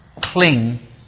cling